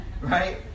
Right